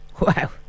wow